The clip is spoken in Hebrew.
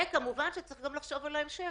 וכמובן שצריך לחשוב גם על ההמשך.